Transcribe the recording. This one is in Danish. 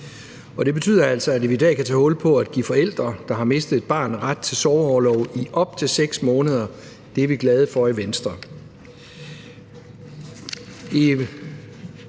Det betyder altså, at vi i dag kan tage hul på at give forældre, der har mistet et barn, ret til sorgorlov i op til 6 måneder. Det er vi glade for i Venstre.